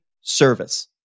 service